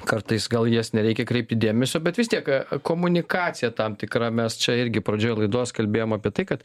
kartais gal jas nereikia kreipti dėmesio bet vis tiek komunikacija tam tikra mes čia irgi pradžioj laidos kalbėjom apie tai kad